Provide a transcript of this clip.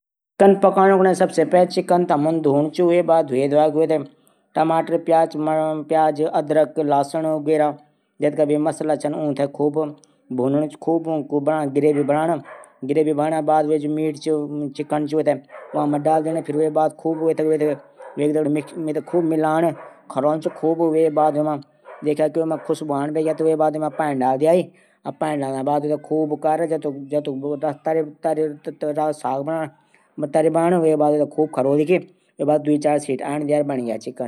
सूप बनाणू सबसे पहले टमाटर टुकडा काटी उबाली द्या ।फिर उंक निचोड दिया फिर वां मा नमक चीनी डाल द्या। फिर सीटी निकलवा द्या। फिर बण ग्या सूप